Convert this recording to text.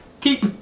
keep